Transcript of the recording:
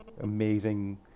amazing